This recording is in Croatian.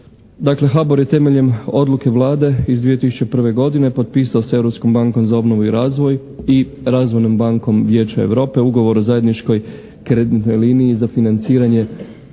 HBOR je temeljem odluke Vlade iz 2001. godine potpisao s Europskom bankom za obnovu i razvoj i Razvojnom bankom Vijeća Europe ugovor o zajedničkoj kreditnoj liniji za financiranje